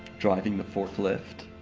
driving the forklift.